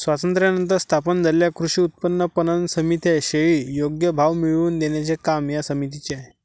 स्वातंत्र्यानंतर स्थापन झालेल्या कृषी उत्पन्न पणन समित्या, शेती योग्य भाव मिळवून देण्याचे काम या समितीचे आहे